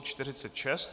46.